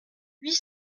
huit